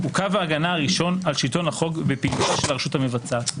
הוא קו ההגנה הראשון על שלטון החוק בפעילותה של הרשות המבצעת.